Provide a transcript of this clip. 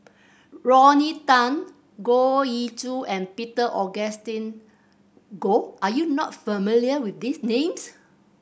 Rodney Tan Goh Ee Choo and Peter Augustine Goh are you not familiar with these names